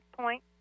point